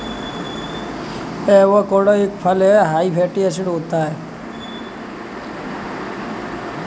avocado एक फल हैं हाई फैटी एसिड होता है